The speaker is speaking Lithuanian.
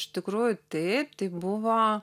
iš tikrųjų taip tai buvo